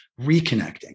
reconnecting